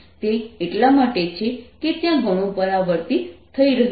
તે એટલા માટે છે કે ત્યાં ઘણું પરાવર્તિત થઈ રહ્યું છે